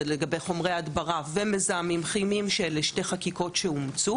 זה לגבי חומרי הדברה ומזהמים כימיים שאלה שתי חקיקות שאומצו.